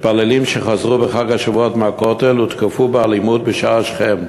מתפללים שחזרו בחג השבועות מהכותל הותקפו באלימות בשער שכם.